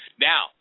Now